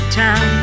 town